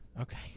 Okay